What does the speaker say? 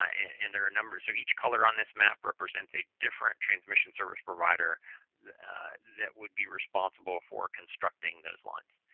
and there are a number so, each color on this map represents a different transmission service provider that would be responsible for constructing those lines.